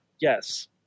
Yes